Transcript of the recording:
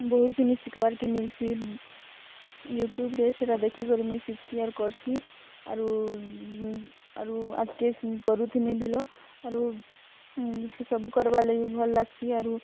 ବହୁ ଜିନିଷ୍ ଶିଖିବାର୍କେ ମିଲ୍ସି ୟୁଟ୍ୟୁବ୍ରେ ସେଟା ଦେଖିକରି ମୁଇଁ ଶିଖ୍ସି ଅର୍ କର୍ସିଁ ଆରୁ ଆରୁ ଆଗ୍କେ କରୁଥିମି ବିଲ ଆରୁ ସବୁ କରିବାକୁ ଭଲ୍ ଲାଗ୍ସି ଆରୁ